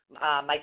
Mike